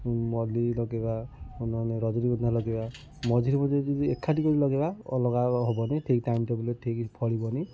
ମଲ୍ଲୀ ଲଗେଇବା ନହେଲେ ରଜନିଗନ୍ଧା ଲଗେଇବା ମଝିରେ ମଝିରେ ଯଦି ଏକାଠି କରି ଲଗେଇବା ଅଲଗା ହବନି ଠିକ୍ ଟାଇମ୍ ଟେବୁଲ୍ରେ ଠିକ୍ ଫଳିବନି